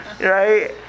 right